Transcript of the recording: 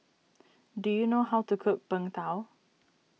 do you know how to cook Png Tao